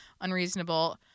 unreasonable